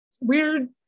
weird